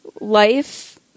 life